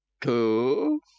two